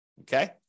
okay